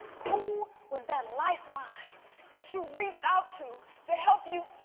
who was that lifeline that you reached out to, to help you